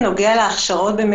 בנוגע להכשרות,